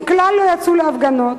הם כלל לא יצאו להפגנות,